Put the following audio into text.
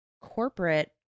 corporate